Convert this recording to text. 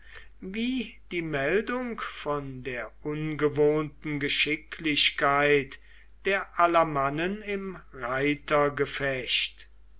wie die meldung von der ungewohnten geschicklichkeit der alamannen im